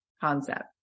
concept